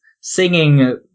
singing